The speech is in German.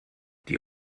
die